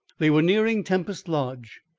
they were nearing tempest lodge.